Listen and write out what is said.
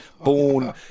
born